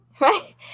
Right